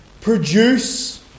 produce